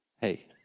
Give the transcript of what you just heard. hey